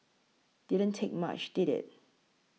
didn't take much did it